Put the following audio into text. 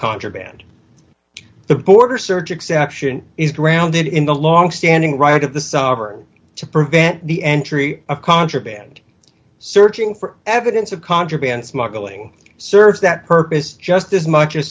contraband the border search exception is grounded in the longstanding right of the sovereign to prevent the entry of contraband searching for evidence of contraband smuggling serves that purpose just as much